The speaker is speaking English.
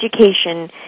education